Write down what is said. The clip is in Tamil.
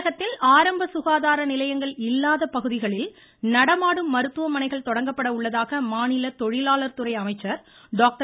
தமிழகத்தில் ஆரம்ப சுகாதார நிலையங்கள் இல்லாத பகுதிகளில் நடமாடும் மருத்துவமனைகள் தொடங்கப்பட உள்ளதாக மாநில தொழிலாளர் நலத்துறை அமைச்சர் டாக்டர்